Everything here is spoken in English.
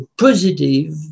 positive